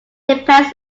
depends